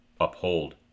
uphold